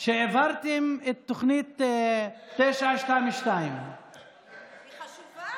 שהעברתם את תוכנית 922. היא חשובה,